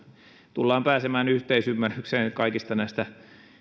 tullaan pääsemään yhteisymmärrykseen kaikista näistä